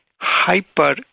hyper